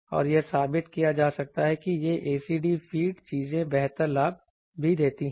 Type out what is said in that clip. और यह साबित किया जा सकता है कि ये ACD फ़ीड चीजें बेहतर लाभ भी देती हैं